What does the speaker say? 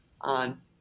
on